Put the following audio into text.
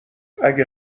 اگه